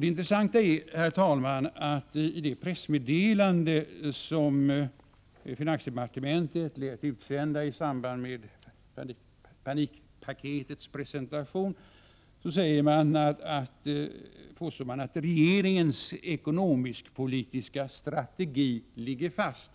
Det intressanta är, herr talman, att man i det pressmeddelande som finansdepartementet lät utsända i samband med panikpaketets presentation påstår att regeringens ekonomisk-politiska strategi ligger fast.